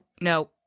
no